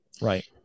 Right